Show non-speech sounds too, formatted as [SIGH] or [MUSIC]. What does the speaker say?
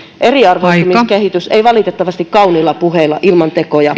eriarvoistumiskehitys ei valitettavasti kauniilla puheilla ilman tekoja [UNINTELLIGIBLE]